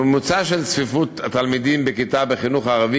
הממוצע של צפיפות התלמידים בכיתה בחינוך הערבי